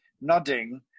nodding